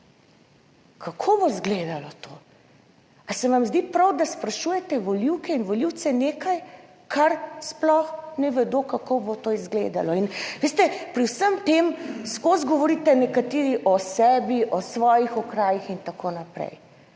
Kako bo izgledalo to? Ali se vam zdi prav, da sprašujete volivke in volivce nekaj, kar sploh ne vedo kako bo to izgledalo? In veste, pri vsem tem skoz govorite nekateri o sebi, o svojih okrajih in tako naprej.